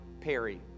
Perry